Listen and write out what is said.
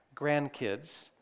grandkids